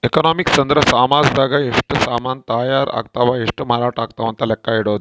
economics ಅಂದ್ರ ಸಾಮಜದಾಗ ಎಷ್ಟ ಸಾಮನ್ ತಾಯರ್ ಅಗ್ತವ್ ಎಷ್ಟ ಮಾರಾಟ ಅಗ್ತವ್ ಅಂತ ಲೆಕ್ಕ ಇಡೊದು